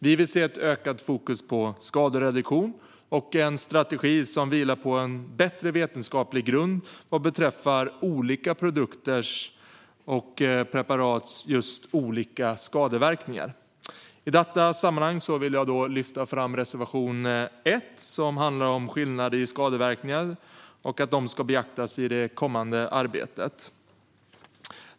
Vi vill se ett ökat fokus på skadereduktion och en strategi som vilar på en bättre vetenskaplig grund vad beträffar olika produkters och preparats just olika skadeverkningar. I detta sammanhang vill jag lyfta fram reservation 1, som handlar om att skillnader i skadeverkningar ska beaktas i det kommande arbetet.